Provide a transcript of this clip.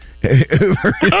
Uber